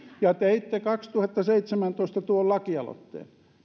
ja teitte kaksituhattaseitsemäntoista tuon lakialoitteen